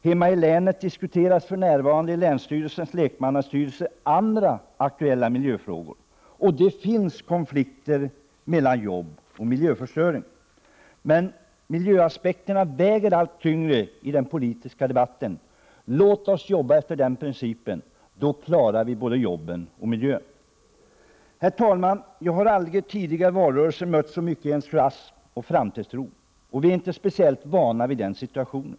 Hemma i länet diskuteras för närvarande i länsstyrelsens lekmannastyrelse andra aktuella miljöfrågor. Det finns konflikter mellan jobb och miljöförstöring. Miljöaspekterna väger allt tyngre i den politiska debatten. Låt oss arbeta efter den principen. Då klarar vi både arbetena och miljön. Herr talman! Jag har aldrig i tidigare valrörelser mött så mycket entusiasm och framtidstro. Vi är inte speciellt vana vid den situationen.